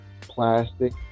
plastic